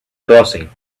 crossing